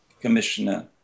Commissioner